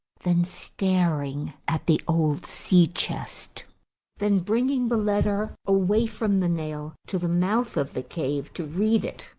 then staring at the old sea-chest, then bringing the letter away from the nail to the mouth of the cave to read it,